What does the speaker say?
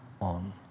on